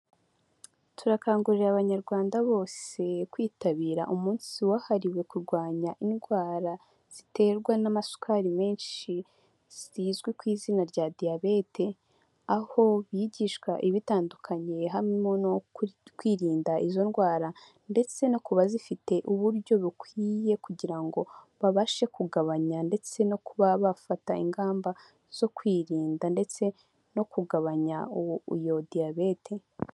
Turakangurira abanyarwanda bose kwitabira umunsi wahariwe kurwanya indwara ziterwa n'amasukari menshi zizwi ku izina rya diyabete, aho bigishwa ibitandukanye harimo no kwirinda izo ndwara ndetse no kubazifite uburyo bukwiye kugira ngo babashe kugabanya ndetse no kuba bafata ingamba zo kwirinda ndetse no kugabanya iyo diyabete.